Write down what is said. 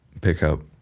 pickup